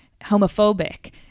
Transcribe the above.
homophobic